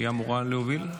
היא אמורה להוביל.